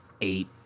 eight